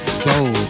soul